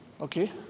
okay